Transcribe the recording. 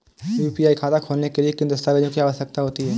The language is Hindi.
यू.पी.आई खाता खोलने के लिए किन दस्तावेज़ों की आवश्यकता होती है?